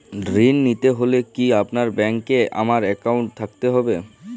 ঋণ নিতে হলে কি আপনার ব্যাংক এ আমার অ্যাকাউন্ট থাকতে হবে?